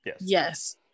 Yes